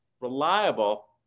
reliable